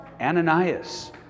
Ananias